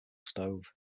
stove